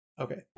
okay